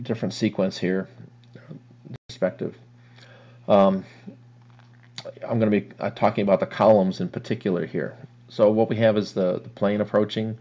different sequence here specter i'm going to be talking about the columns in particular here so what we have is the plane approaching